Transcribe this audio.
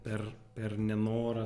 per per nenorą